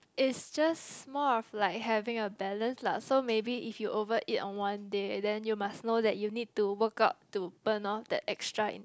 is just more of like having a balance lah so maybe if you overeat on one day and then you must know that you need to work up to burn off the extra